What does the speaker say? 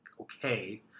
okay